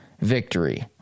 victory